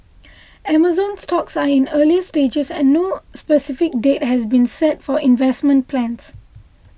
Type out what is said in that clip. Amazon's talks are in earlier stages and no specific date has been set for investment plans